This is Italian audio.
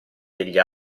degli